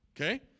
Okay